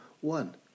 one